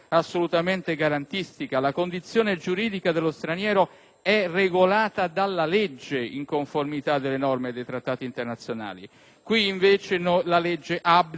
è regolata dalla legge in conformità delle norme dei trattati internazionali». Qui, invece, la legge abdica al suo ruolo. Per finire,